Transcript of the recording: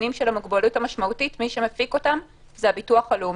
הנתונים על מוגבלות משמעותית זה הביטוח הלאומי.